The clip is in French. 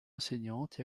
enseignante